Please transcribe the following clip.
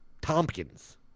Tompkins